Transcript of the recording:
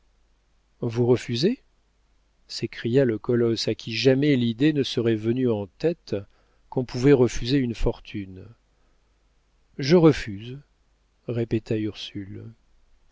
vous refusez s'écria le colosse à qui jamais l'idée ne serait venue en tête qu'on pouvait refuser une fortune je refuse répéta ursule